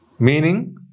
Meaning